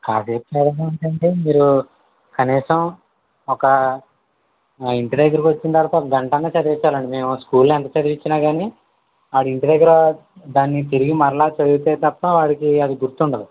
ఏంటంటే మీరు కనీసం ఒక మా ఇంటి దగ్గరకి వచ్చిన తర్వాత కనీసం ఒక గంట అన్న చదివించాలండి మీరు మేం స్కూల్లో ఎంత చదివించిన కాని వాడు ఇంటి దగ్గర దాన్ని తిరిగి మళ్ళీ చదివితే తప్ప వాడికి అది గుర్తుండదు